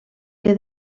que